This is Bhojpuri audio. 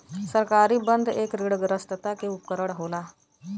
सरकारी बन्ध एक ऋणग्रस्तता के उपकरण होला